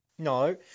No